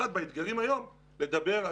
חלק מהדברים היו נמנעים.